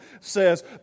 says